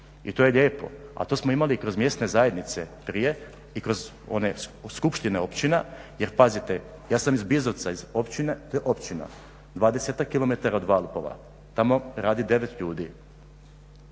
i to je lijepo, ali to smo imali kroz mjesne zajednice prije i kroz one skupštine općina jer pazite, ja sam iz Bizovca, iz općine, to je općina, 20-ak kilometara od Valpova, tamo radi 9 ljudi.